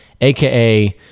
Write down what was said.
aka